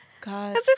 God